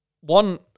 One